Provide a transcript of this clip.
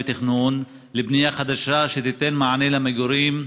והתכנון לבנייה חדשה שתיתן מענה למגורים,